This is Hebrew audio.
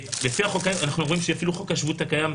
אנחנו רואים שאפילו חוק השבות הקיים,